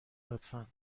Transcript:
لطفا